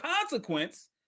consequence